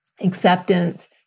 acceptance